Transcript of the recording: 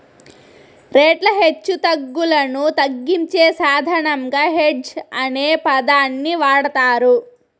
రేట్ల హెచ్చుతగ్గులను తగ్గించే సాధనంగా హెడ్జ్ అనే పదాన్ని వాడతారు